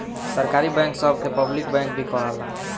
सरकारी बैंक सभ के पब्लिक बैंक भी कहाला